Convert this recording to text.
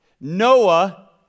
Noah